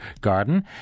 garden